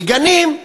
מגנים.